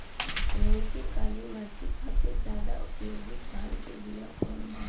हमनी के काली माटी खातिर ज्यादा उपयोगी धान के बिया कवन बा?